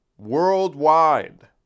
worldwide